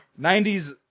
90s